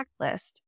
checklist